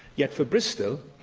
yet, for bristol,